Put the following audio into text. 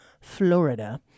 Florida